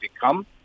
become